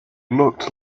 looked